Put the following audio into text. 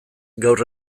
gaur